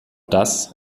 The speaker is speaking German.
das